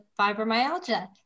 Fibromyalgia